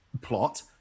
plot